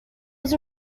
was